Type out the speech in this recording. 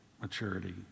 maturity